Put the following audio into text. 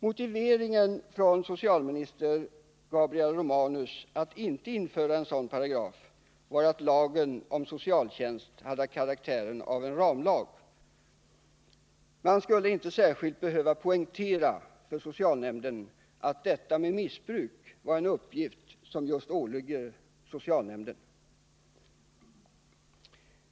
Motiveringen från dåvarande socialministern Gabriel Romanus till att inte införa en sådan paragraf var att lagen om socialtjänst hade karaktären av ramlag — det skulle inte särskilt behöva poängteras för socialnämnden att detta med missbruk var en uppgift som åligger just socialnämnden.